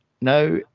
Now